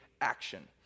action